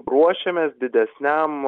ruošiamės didesniam